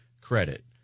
Credit